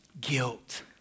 guilt